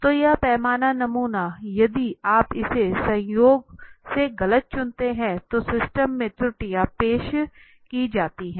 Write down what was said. तो यह पैमाना नमूना यदि आप इसे संयोग से गलत चुनते हैं तो सिस्टम में त्रुटियां पेश की जाती हैं